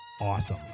awesome